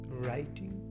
writing